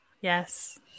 yes